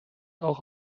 auch